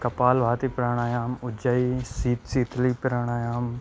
कपालभातिप्राणायामः उज्जायि शीतं शीतलिप्राणायामः